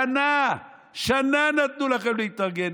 שנה, שנה נתנו לך להתארגן.